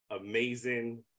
amazing